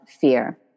fear